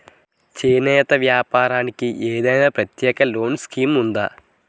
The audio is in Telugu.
చేనేత వస్త్ర వ్యాపారానికి ఏదైనా ప్రత్యేక లోన్ స్కీం ఉందా?